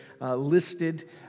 listed